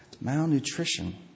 malnutrition